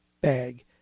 bag